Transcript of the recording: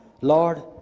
Lord